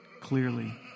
Clearly